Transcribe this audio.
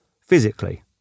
physically